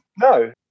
No